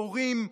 מורים,